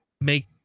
make